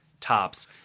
tops